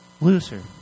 loser